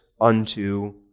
unto